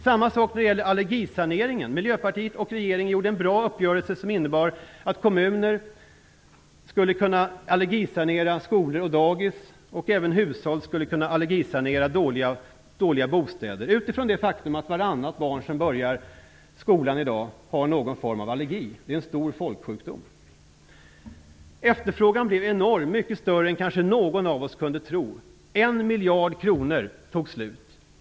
Samma sak gäller allergisaneringen. Miljöpartiet och regeringen träffade en bra uppgörelse som innebar att kommuner skulle kunna allergisanera skolor och dagis. Även hushåll och dåliga bostäder skulle kunna allergisaneras. Det är ett faktum att vartannat barn som börjar skolan i dag har någon form av allergi. Det är en stor folksjukdom. Efterfrågan blev enorm, kanske mycket större än någon av oss kunde tro. 1 miljard kronor tog slut.